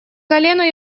колену